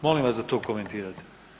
Molim vas da to komentirate.